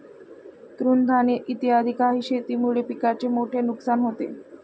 तृणधानी इत्यादी काही शेतीमुळे पिकाचे मोठे नुकसान होते